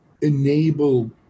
enable